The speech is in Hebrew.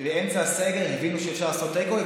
באמצע הסגר הבינו שאפשר לעשות take away,